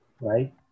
right